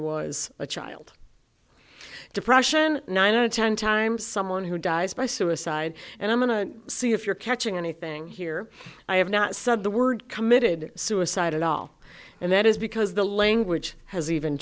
was a child depression nine or ten times someone who dies by suicide and i'm going to see if you're catching anything here i have not said the word committed suicide at all and that is because the language has even